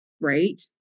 right